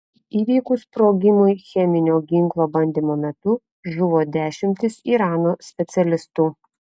įvykus sprogimui cheminio ginklo bandymo metu žuvo dešimtys irano specialistų